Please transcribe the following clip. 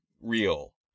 real